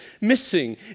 missing